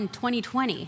2020